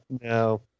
No